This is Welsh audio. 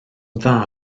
dda